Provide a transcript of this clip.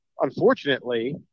Unfortunately